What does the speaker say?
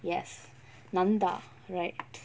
yes nantha right